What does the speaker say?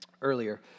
earlier